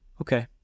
okay